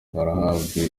barahabwa